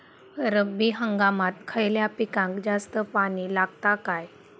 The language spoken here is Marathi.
रब्बी हंगामात खयल्या पिकाक जास्त पाणी लागता काय?